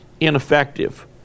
ineffective